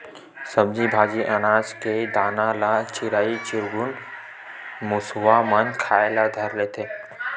सब्जी भाजी, अनाज के दाना ल चिरई चिरगुन, मुसवा मन खाए ल धर लेथे